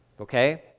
okay